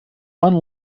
one